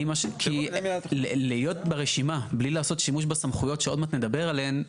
כי להיות ברשימה בלי לעשות שימוש בסמכויות שעוד מעט נדבר עליהן,